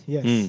Yes